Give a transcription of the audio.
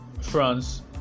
France